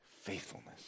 faithfulness